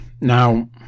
Now